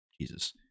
Jesus